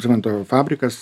cemento fabrikas